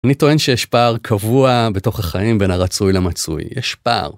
אני טוען שיש פער קבוע בתוך החיים בין הרצוי למצוי, יש פער.